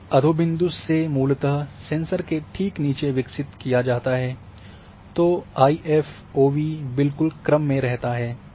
जब इसे अधोबिन्दु से मूलतः सेंसर के ठीक नीचे विकसित किया जाता है तो आईएफओवी बिलकुल क्रम में रहेगा